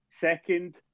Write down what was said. second